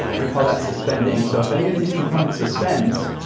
we call that suspending, so if any of these components suspends,